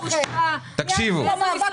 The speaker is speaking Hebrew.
תקשיבו.